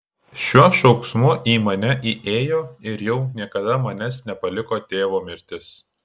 šiuo šauksmu į mane įėjo ir jau niekada manęs nepaliko tėvo mirtis